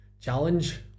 challenge